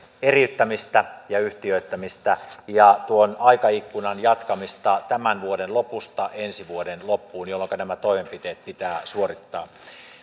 eriyttämistä yhtiöittämistä ja tuon aikaikkunan jatkamista tämän vuoden lopusta ensi vuoden loppuun jolloinka nämä toimenpiteet pitää suorittaa